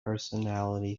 personality